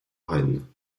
reine